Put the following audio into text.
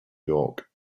york